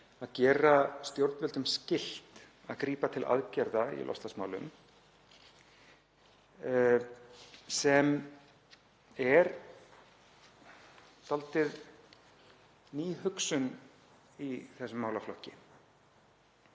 að gera stjórnvöldum skylt að grípa til aðgerða í loftslagsmálum. Það er dálítið ný hugsun í þessum málaflokki